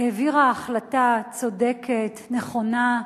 העבירה החלטה צודקת, נכונה,